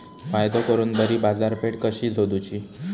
फायदो करून बरी बाजारपेठ कशी सोदुची?